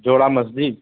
جوڑا مسجد